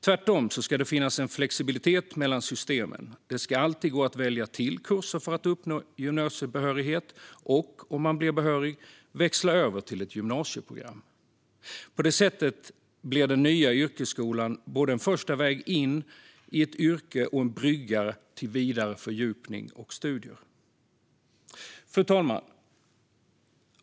Tvärtom ska det finnas en flexibilitet mellan systemen. Det ska alltid gå att välja till kurser för att uppnå gymnasiebehörighet och, om man blir behörig, växla över till ett gymnasieprogram. På detta sätt blir den nya yrkesskolan både en första väg in i ett yrke och en brygga till vidare fördjupning och studier. Fru talman!